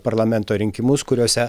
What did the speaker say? parlamento rinkimus kuriuose